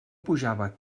pujava